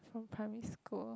from primary school